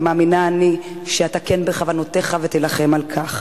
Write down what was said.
ומאמינה שאתה כן בכוונותיך ותילחם על כך,